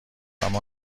اما